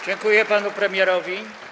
Dziękuję panu premierowi.